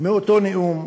מאותו נאום: